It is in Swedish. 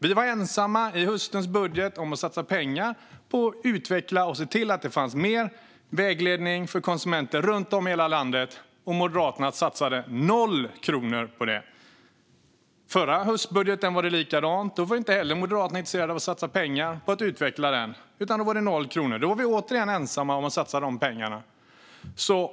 Vi var ensamma i höstens budget om att satsa pengar på att utveckla och se till att det finns mer vägledning för konsumenter runt om i hela landet, och Moderaterna satsade 0 kronor på det. Det var likadant med förra höstbudgeten. Då var Moderaterna inte heller intresserade av att satsa pengar, utan då var det 0 kronor. Då var vi återigen ensamma om att satsa pengarna.